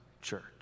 church